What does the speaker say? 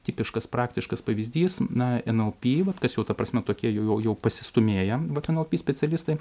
tipiškas praktiškas pavyzdys na nlp vat kas jau ta prasme tokie jau jau pasistūmėję vat nlp specialistai